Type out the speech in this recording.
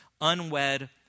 Unwed